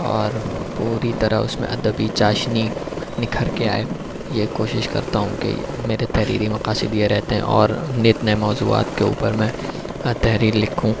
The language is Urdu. اور پوری طرح اس میں ادبی چاشنی نکھر کے آئے یہ کوشش کرتا ہوں کہ میرے تحریری مقاصد یہ رہتے ہیں اور نت نئے موضوعات کے اوپر میں تحریر لکھوں